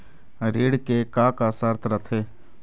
ऋण के का का शर्त रथे?